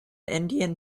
indian